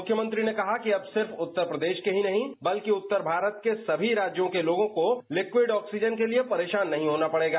मुख्यमंत्री ने कहा कि अब सिर्फ उत्तर प्रदेश ही नहीं बल्कि उत्तर भारत के राज्यों के लोगों को लिक्विड ऑक्सीजन के लिए परेशान नहीं होना पड़ेगा